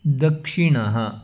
दक्षिणः